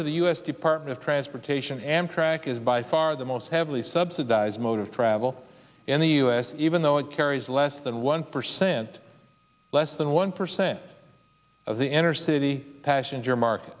to the us department of transportation amtrak is by far the most heavily subsidized mode of travel in the us even though it carries less than one percent less than one percent of the inner city passions your market